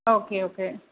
okay okay